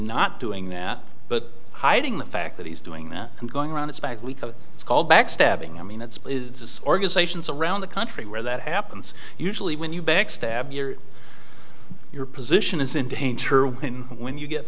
not doing that but hiding the fact that he's doing that and going around it's back week of it's called backstabbing i mean it's organizations around the country where that happens usually when you backstab your your position is in danger when when you get